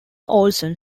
olsen